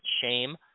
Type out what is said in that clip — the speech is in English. shame